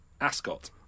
Ascot